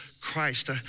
Christ